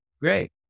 Great